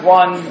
one